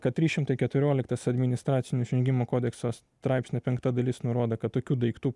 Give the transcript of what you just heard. kad trys šimtai keturioliktas administracinių nusižengimų kodekso straipsnio penkta dalis nurodo kad tokių daiktų